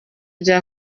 bya